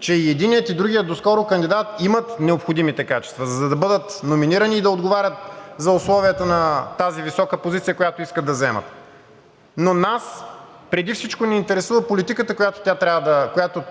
че и единият, и другият доскоро кандидат имат необходимите качества, за да бъдат номинирани и да отговарят на условията за тази висока позиция, която искат да заемат. Но нас преди всичко ни интересува политиката, която